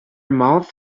mouth